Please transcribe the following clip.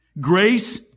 Grace